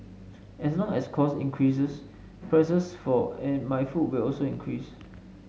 as long as costs increases prices for my food will also increase